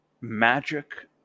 Magic